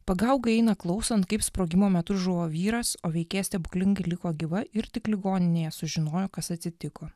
pagaugai eina klausant kaip sprogimo metu žuvo vyras o veikia stebuklingai liko gyva ir tik ligoninėje sužinojo kas atsitiko